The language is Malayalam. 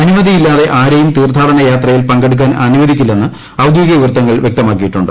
അനുമതിയില്ലാതെ ആരേയും തീർത്ഥാടന യാത്രയിൽ പങ്കെടുക്കാൻ അനുവദിക്കീല്ലെന്ന് ഔദ്യോഗിക വൃത്തങ്ങൾ വ്യക്തമാക്കിയിട്ടുണ്ട്